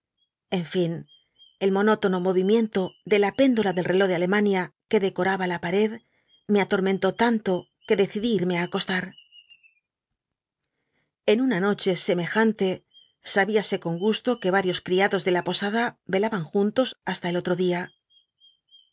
en fin el monótono movimiento de la péndola del reló de alemania que decoraba la pared me alormenló tanlo que decidi itmc tcoslar en una noche semejante sabiasc con gusto que varios criados de la posada ciaban juntos hasta el otro dia